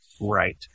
right